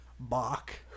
Bach